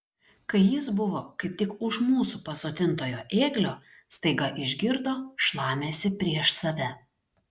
kai jis buvo kaip tik už mūsų pasodintojo ėglio staiga išgirdo šlamesį prieš save